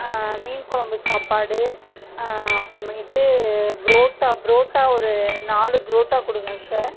மீன் குழம்பு சாப்பாடு அப்புறம் மேட்டு புரோட்டா புரோட்டா ஒரு நாலு புரோட்டா கொடுங்க சார்